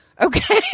Okay